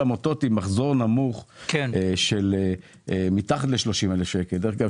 עמותות עם מחזור נמוך מתחת ל-30 אלף שקלים דרך אגב,